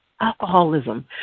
Alcoholism